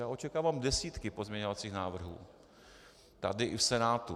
Já očekávám desítky pozměňovacích návrhů tady i v Senátu.